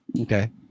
Okay